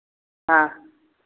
हाँ